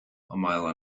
mile